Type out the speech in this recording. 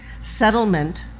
Settlement